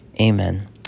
Amen